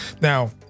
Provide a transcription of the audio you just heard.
Now